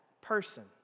person